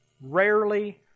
rarely